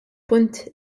punt